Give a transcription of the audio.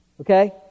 okay